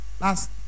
last